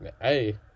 hey